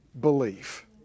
belief